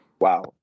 Wow